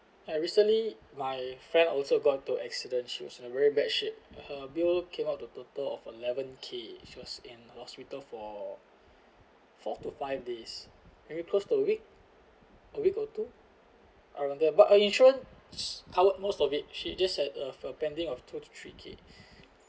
I recently my friend also got to accidents she was in a very bad shape her bill came out the total of eleven K she was in hospital for four to five days maybe per a week a week or two around that but uh insurance covered most of it she just had a for pending of two to three K